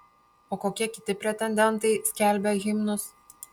o kokie kiti pretendentai skelbia himnus